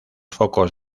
focos